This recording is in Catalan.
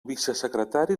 vicesecretari